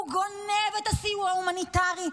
הוא גונב את הסיוע ההומניטרי,